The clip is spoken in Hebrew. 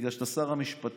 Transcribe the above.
בגלל שאתה שר המשפטים,